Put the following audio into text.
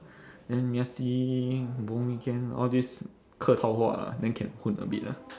then just see weekend all this 客套话 lah then can 混 a bit ah